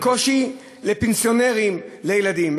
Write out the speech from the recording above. וקושי לפנסיונרים, לילדים.